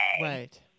Right